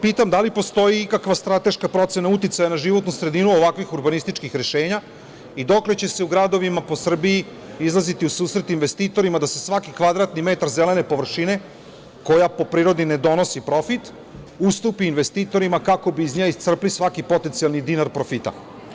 Pitam – da li postoji ikakva strateška procena uticaja na životnu sredinu ovakvih urbanističkih rešenja i dokle će se u gradovima po Srbiji izlaziti u susret investitorima, da se svaki kvadratni metar zelene površine, koja po prirodi ne donosi profit, ustupi investitorima kako bi iz nje iscrpli svaki potencijalni dinar profita?